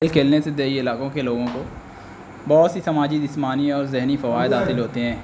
کھیل کھیلنے سے دیہی علاقوں کے لوگوں کو بہت سی سماجی جسمانی اور ذہنی فوائد حاصل ہوتے ہیں